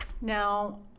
Now